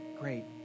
great